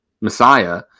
Messiah